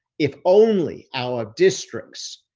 if only our districts,